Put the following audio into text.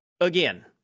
again